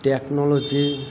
technology